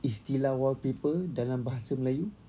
istilah wallpaper dalam bahasa melayu